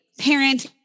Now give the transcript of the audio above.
parent